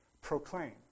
Proclaim